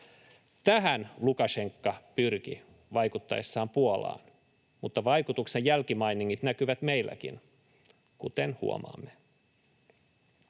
Tähän Lukašenka pyrki vaikuttaessaan Puolaan, mutta vaikutuksen jälkimainingit näkyvät meilläkin, kuten huomaamme.